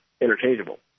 interchangeable